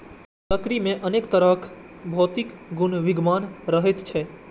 लकड़ी मे अनेक तरहक भौतिक गुण विद्यमान रहैत छैक